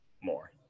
more